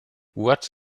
what